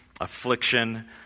affliction